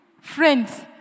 Friends